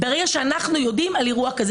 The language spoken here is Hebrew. ברגע שאנחנו יודעים על אירוע כזה.